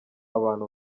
abantu